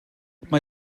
mae